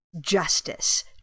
justice